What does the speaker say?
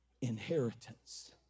inheritance